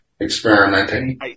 experimenting